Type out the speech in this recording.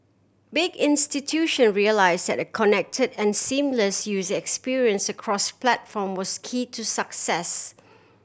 big institution realise that a connected and seamless user experience across platform was key to success